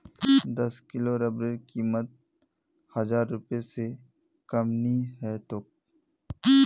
दस किलो रबरेर कीमत हजार रूपए स कम नी ह तोक